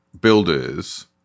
builders